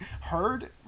heard